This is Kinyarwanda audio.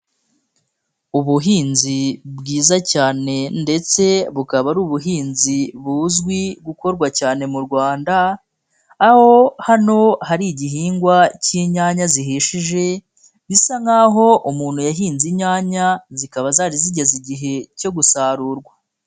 Ubuhinzi bwiza cyane ndetse bukaba ari ubuhinzi buzwi gukorwa cyane mu Rwanda, aho hano hari igihingwa cy'inyanya zihishije, bisa nk'aho umuntu yahinze inyanya, zikaba zari zigeze igihe cyo gusarurwa.